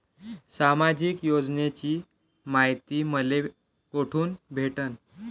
सामाजिक योजनेची मायती मले कोठून भेटनं?